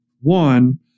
one